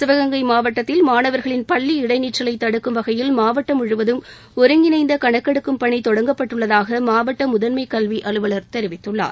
சிவகங்கை மாவட்டத்தில் மாணவர்களின் பள்ளி இடை நிற்றலை தடுக்கும் வகையில் மாவட்டம் முழுவதும் ஒருங்கிணைந்த கணக்கெடுக்கும் பணி தொடங்கப்பட்டுள்ளதாக மாவட்ட முதன்மை கல்வி அலுவலர் தெரிவித்துள்ளார்